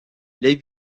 les